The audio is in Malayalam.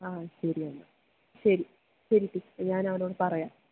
ആ ശരി എന്നാല് ശരി ശരി ടീച്ചര് ഞാനവനോട് പറയാം